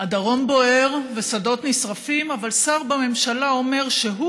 הדרום בוער ושדות נשרפים, אבל שר בממשלה אומר שהוא